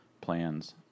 plans